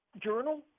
journal